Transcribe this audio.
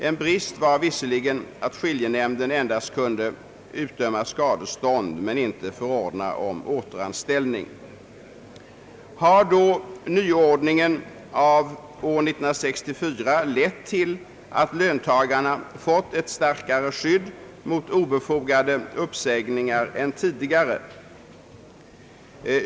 En brist var visserligen att skiljenämnden endast kunde utdöma skadestånd men icke förordna om återanställning. Har då nyordningen av år 1964 lett till att löntagarna fått ett starkare skydd mot obefogade uppsägningar än tidigare?